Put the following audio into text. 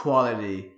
Quality